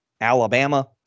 Alabama